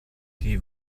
die